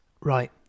Right